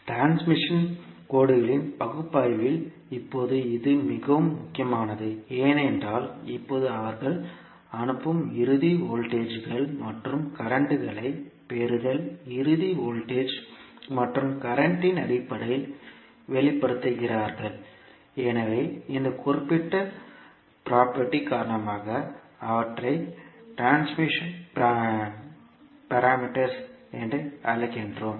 transmission கோடுகளின் பகுப்பாய்வில் இப்போது இது மிகவும் முக்கியமானது ஏனென்றால் இப்போது அவர்கள் அனுப்பும் இறுதி வோல்டேஜ்கள் மற்றும் கரண்ட்களை பெறுதல் இறுதி வோல்டேஜ் மற்றும் கரண்ட் இன் அடிப்படையில் வெளிப்படுத்துகிறார்கள் எனவே இந்த குறிப்பிட்ட சொத்தின் காரணமாக அவற்றை டிரான்ஸ்மிஷன் பாராமீட்டர்ஸ் என்று அழைக்கிறோம்